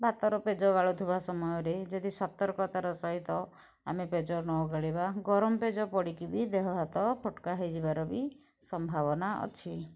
ଭାତର ପେଜ ଗାଳୁଥିବା ସମୟରେ ଯଦି ସତର୍କତାର ସହିତ ଆମେ ପେଜ ନ ଗାଳିବା ଗରମ ପେଜ ପଡ଼ିକି ବି ଦେହ ହାତ ଫୋଟକା ହୋଇଯିବାର ବି ସମ୍ଭାବନା ଅଛି